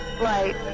light